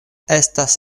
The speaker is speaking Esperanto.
estas